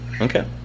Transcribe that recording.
Okay